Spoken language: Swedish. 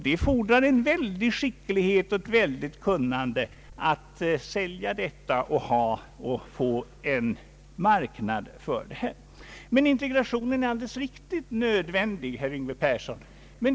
Det fordrar stor skicklighet och mycket kunnande att sälja detta och få en marknad för det. Men det är alldeles riktigt, herr Yngve Persson, att integrationen är nödvändig.